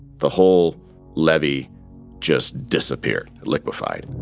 the whole levee just disappeared. liquified.